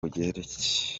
bugereki